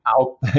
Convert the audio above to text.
out